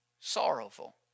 sorrowful